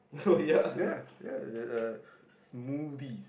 ya ya there a smoothies